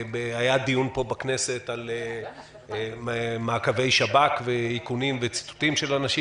היה פה דיון בכנסת על מעקבי שב"כ ואיכונים וציטוטים לאנשים.